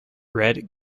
red